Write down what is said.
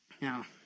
Now